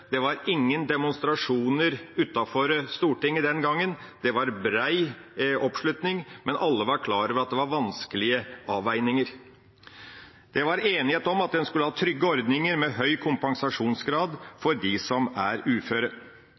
Det var ingen demonstrasjoner utenfor Stortinget den gangen – det var bred oppslutning – men alle var klar over at det var vanskelige avveininger. Det var enighet om at en skulle ha trygge ordninger med høy kompensasjonsgrad for dem som er uføre.